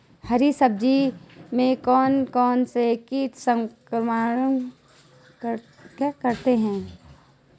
हरी सब्जी में कौन कौन से कीट संक्रमण करते हैं?